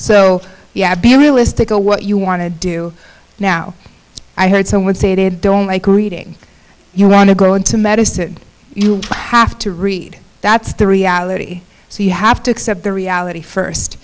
so yeah be realistic a what you want to do now i heard someone say they don't like reading you want to go into medicine you have to read that's the reality so you have to accept the reality